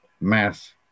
mass